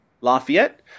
Lafayette